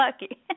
lucky